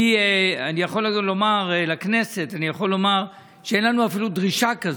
אני יכול לומר לכנסת שאין לנו אפילו דרישה כזאת,